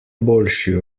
boljši